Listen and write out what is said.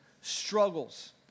struggles